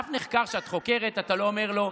אף נחקר שאת חוקרת, אתה לא אומר לו,